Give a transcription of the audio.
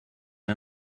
are